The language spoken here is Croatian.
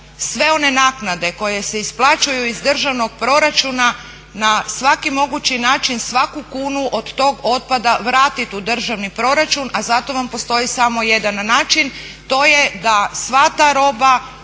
sve one naknade koje se isplaćuju iz državnog proračuna na svaki mogući način svaku kunu od tog otpada vratit u državni proračun, a za to vam postoji samo jedan način. To je da sva ta roba